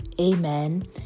Amen